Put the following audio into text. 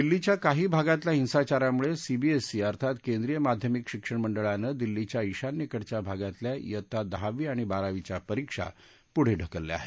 दिल्लीच्या काही भागातल्या हिंसाचारामुळे सीबीएस अर्थात केंद्रिय माध्यमिक शिक्षण मंडळानं दिल्लीच्या श्रीान्येकडच्या भागातल्या बित्ता दहावी आणि बारावीच्या परीक्षा पुढे ढकलल्या आहेत